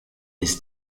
his